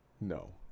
No